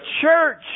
church